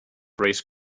raised